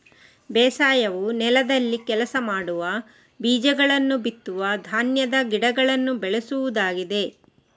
ಬೇಸಾಯವು ನೆಲದಲ್ಲಿ ಕೆಲಸ ಮಾಡುವ, ಬೀಜಗಳನ್ನ ಬಿತ್ತುವ ಧಾನ್ಯದ ಗಿಡಗಳನ್ನ ಬೆಳೆಸುವುದಾಗಿದೆ